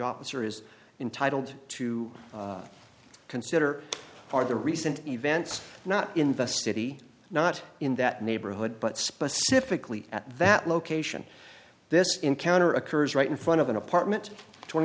officer is entitled to consider are the recent events not in the city not in that neighborhood but specifically at that location this encounter occurs right in front of an apartment twenty